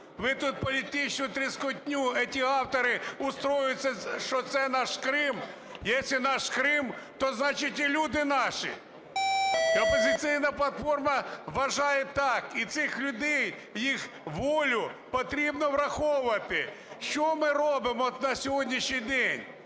Ви тут політичну тріскотню, ці автори устроюють, що це наш Крим. Якщо це наш Крим, то значить і люди наші. І "Опозиційна платформа" вважає так, і цих людей, їх волю потрібно враховувати. Що ми робимо от на сьогоднішній день?